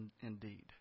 indeed